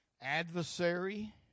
adversary